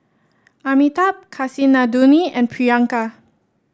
Amitabh Kasinadhuni and Priyanka